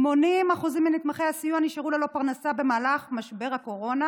80% מנתמכי הסיוע נשארו ללא פרנסה במהלך משבר הקורונה,